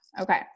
okay